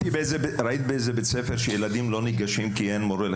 האם ראית שילדים לא ניגשים באיזה בית